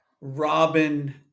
Robin